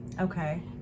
Okay